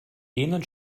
denen